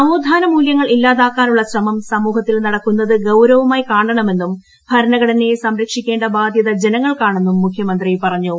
നവോത്ഥാനമൂല്യങ്ങൾ ഇല്ലാതാക്കാനുള്ള ശ്രമം സമൂഹത്തിൽ നടക്കുന്നത് ഗൌരവമായി കാണണമെന്നും ഭരണഘടനയെ സംരക്ഷിക്കേണ്ട ബാധ്യത ജനങ്ങൾക്കാണെന്നും മുഖ്യമന്ത്രി പറഞ്ഞു